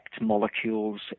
molecules